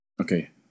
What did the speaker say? Okay